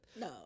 No